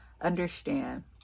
understand